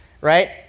right